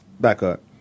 backup